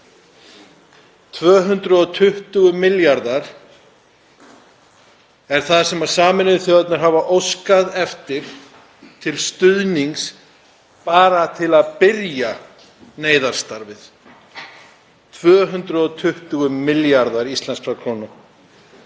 220 milljarðar er það sem Sameinuðu þjóðirnar hafa óskað eftir til stuðnings bara til að byrja neyðarstarfið, 220 milljarðar íslenskra króna.